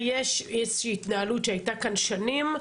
יש איזושהי התנהלות שהייתה כאן שנים.